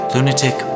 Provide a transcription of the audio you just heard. Lunatic